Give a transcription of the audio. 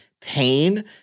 pain